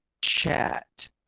chat